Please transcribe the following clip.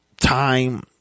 time